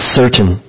certain